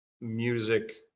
music